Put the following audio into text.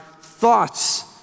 thoughts